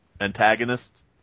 antagonist